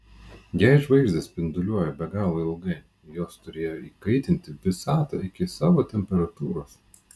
jei žvaigždės spinduliuoja be galo ilgai jos turėjo įkaitinti visatą iki savo temperatūros